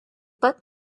pat